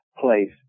place